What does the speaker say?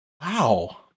Wow